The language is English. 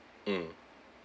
mm